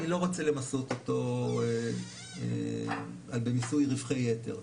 אני לא רוצה למסות אותו במיסוי רווחי יתר.